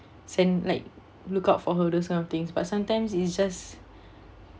send like look out for her those kind of things but sometimes it's just